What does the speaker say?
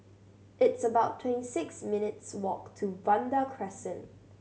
it's about twenty six minutes' walk to Vanda Crescent